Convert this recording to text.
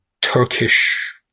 Turkish